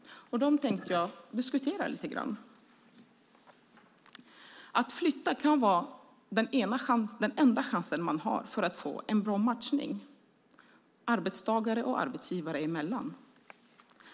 Jag tänkte diskutera dem lite grann. Att flytta kan vara den enda chans man har att få en bra matchning arbetstagare och arbetsgivare emellan.